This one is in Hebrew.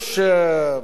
ריב,